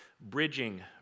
bridging